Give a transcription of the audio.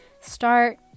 start